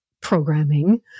programming